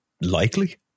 likely